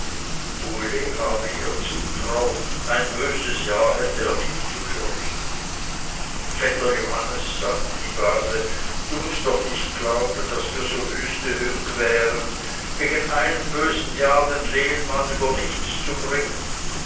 habe ihr zutrauen ein böses jahr hätte er nicht zu fürchten vetter johannes sagte die base du mußt doch nicht glauben daß wir so wüste hüng wären wegen einem bösen jahr den lehnmann über nichts zu bringen